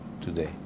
today